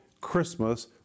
Christmas